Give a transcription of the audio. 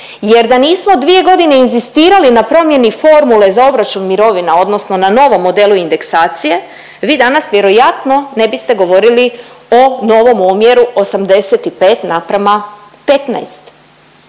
jer da nismo 2 godine inzistirali na promjeni formule za obračun mirovina odnosno na novom modelu indeksacije vi danas vjerojatno ne biste govorili o novom omjeru 85 naprema 15.